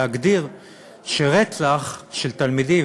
להגדיר שרצח של תלמידים,